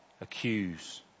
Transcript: Accuse